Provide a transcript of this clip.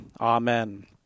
Amen